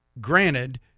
granted